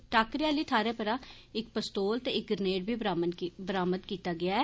टाकरे आली थाह्रै परा इक पस्तोल ते इक ग्रनेड बी बरामद कीता गेआ ऐ